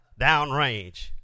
downrange